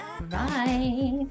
right